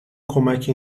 کمکی